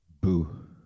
Boo